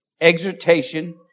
exhortation